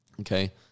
Okay